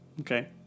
Okay